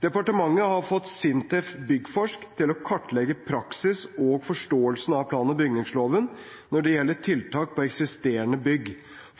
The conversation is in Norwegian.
Departementet har fått SINTEF Byggforsk til å kartlegge praksis og forståelse av plan- og bygningsloven når det gjelder tiltak på eksisterende bygg.